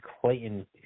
Clayton